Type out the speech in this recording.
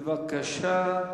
בבקשה.